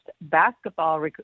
basketball